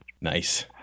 Nice